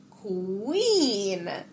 queen